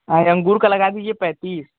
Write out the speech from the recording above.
अंगूर का लगा दीजिये पैंतीस